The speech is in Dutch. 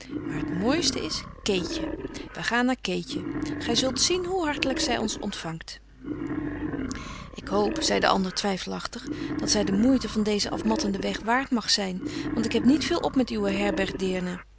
maar het mooiste is keetje wij gaan naar keetje gij zult zien hoe hartelijk zij ons ontvangt ik hoop zei de ander twijfelachtig dat zij de moeite van dezen afmattenden weg waard mag zijn want ik heb niet veel op met uwe